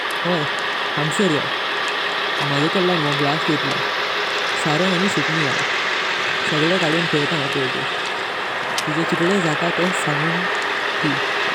ओई हांगसार यो। मजकदलं वोह ग्लास तुटलो। सारण आनी सूपणी हाड, सगळे काडून तेइता हांव पैली। तुजे कितले जाता ते सांग दी।